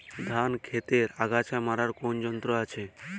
ধান ক্ষেতের আগাছা মারার কোন যন্ত্র আছে?